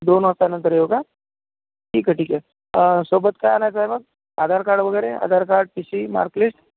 दोन वाजतानंतर येऊ का ठीक आहे ठीक आहे सोबत काय आणायचंय मग आधार कार्ड वगैरे Aadhaar card T C mark list